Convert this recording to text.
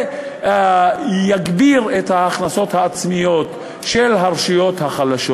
זה יגביר את ההכנסות העצמיות של הרשויות החלשות,